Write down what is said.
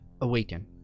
Awaken